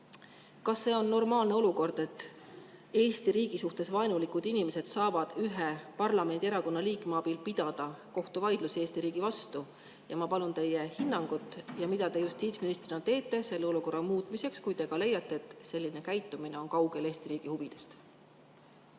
Kas see on normaalne olukord, et Eesti riigi suhtes vaenulikud inimesed saavad ühe parlamendierakonna liikme abil pidada kohtuvaidlusi Eesti riigi vastu? Ma palun teie hinnangut. Mida te justiitsministrina teete selle olukorra muutmiseks, kui te ka leiate, et selline käitumine on kaugel Eesti riigi huvidest?